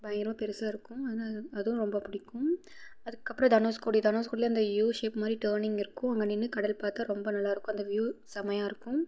பயங்கரமாக பெரிசாருக்கும் ஆனால் அதுவும் ரொம்ப பிடிக்கும் அதுக்கு அப்புறம் தனுஷ்கோடி தனுஷ்கோடியில் இந்த யூ ஷேப் மாதிரி டர்னிங் இருக்கும் அங்கே நின்று கடல் பார்த்தா ரொம்ப நல்லாயிருக்கும் அந்த வ்யூ செமையாருக்கும்